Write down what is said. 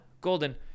golden